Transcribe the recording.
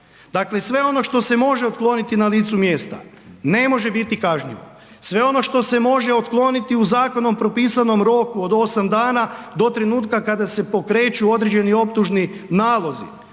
Dakle, sve ono što se može otkloniti na licu mjesta ne može biti kažnjivo, sve ono što se može otkloniti u zakonom propisanom roku od 8 dana do trenutka kada se pokreću određeni optužni nalozi,